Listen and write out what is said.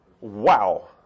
Wow